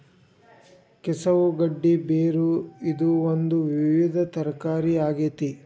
ಕೆಸವು ಗಡ್ಡಿ ಬೇರು ಇದು ಒಂದು ವಿವಿಧ ತರಕಾರಿಯ ಆಗೇತಿ